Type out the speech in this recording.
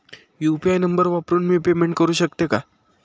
UPI number वापरून मी payment करू शकते का?